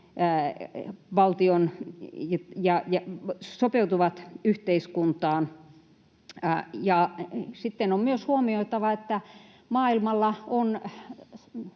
pakolaiset sopeutuvat yhteiskuntaan. Ja sitten on myös huomioitava, että maailmalla on